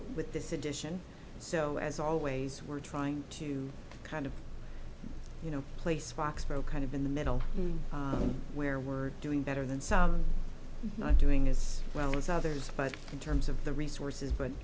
with this addition so as always we're trying to kind of you know place foxborough kind of in the middle where we're doing better than sound not doing as well as others but in terms of the resources but